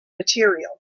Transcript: material